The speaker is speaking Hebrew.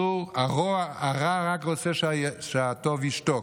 הרע רק רוצה שהטוב ישתוק,